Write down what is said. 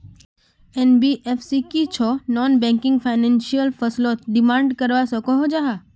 NBFC की छौ non banking financial फसलोत डिमांड करवा सकोहो जाहा?